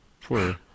Poor